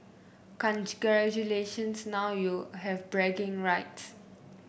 congratulations now you have bragging rights